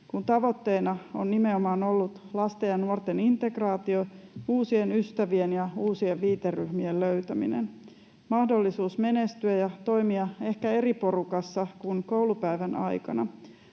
Kun tavoitteena on nimenomaan ollut lasten ja nuorten integraatio, uusien ystävien ja uusien viiteryhmien löytäminen, mahdollisuus menestyä ja toimia ehkä eri porukassa kuin koulupäivän aikana,